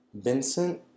Vincent